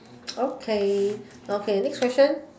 okay okay next question